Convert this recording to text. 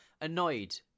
annoyed